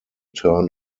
turn